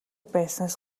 байснаас